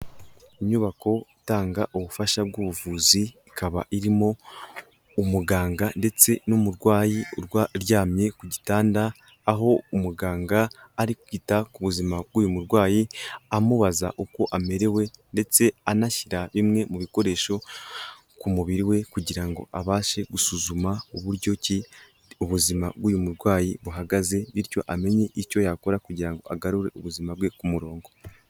Inyubako itanga ubufasha bw'ubuvuzi ikaba irimo umuganga ndetse n'umurwayi uryamye ku gitanda aho umuganga ari kwita ku buzima bw'uyu murwayi, amubaza uko amerewe ndetse anashyira bimwe mu bikoresho ku mubiri we kugira ngo abashe gusuzuma uburyo ki ubuzima bw'uyu murwayi buhagaze, bityo amenye icyo yakora kugira ngo agarure ubuzima bwe ku murongo.